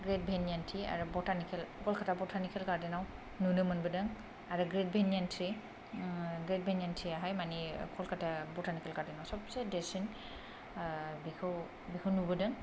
great banyan tree आरो botanical Kolkata botanical गार्डेनाव नुनो मोनबोदों आरो ग्रेट भैनियान ट्रि ग्रेट भेनियानट्रिआहाय माने कलकाता बटानिकेल गार्डेनाव सबसे देरसिन बेखौ बेखौ नुबोदों